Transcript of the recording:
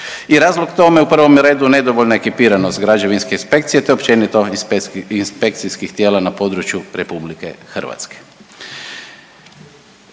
razlog tome u prvome redu je nedovoljna ekipiranost građevinske inspekcije te općenito inspekcijskih tijela na području Republike Hrvatske.